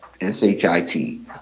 s-h-i-t